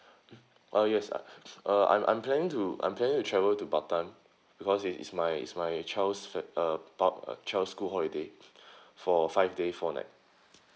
mm ah yes uh uh I'm I'm planning to I'm planning to travel to batam because is my is my child's uh pub~ child's school holiday for five days four night